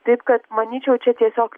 taip kad manyčiau čia tiesiog